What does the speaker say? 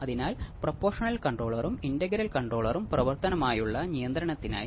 ഇത് ഈ പ്രത്യേക മൊഡ്യൂളിന്റെ അവസാന ഭാഗമാണ്